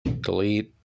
Delete